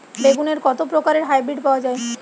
বেগুনের কত প্রকারের হাইব্রীড পাওয়া যায়?